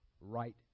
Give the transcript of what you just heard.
right